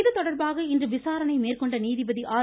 இது தொடர்பாக இன்று விசாரணை மேற்கொண்ட நீதிபதி ஆர்